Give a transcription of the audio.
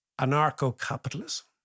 anarcho-capitalism